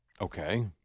Okay